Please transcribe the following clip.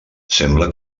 sembla